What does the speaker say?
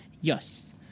yes